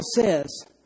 says